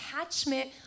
attachment